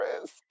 risk